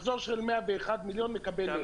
מחזור של 101 מיליון מקבל אפס.